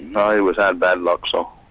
i always had bad luck. so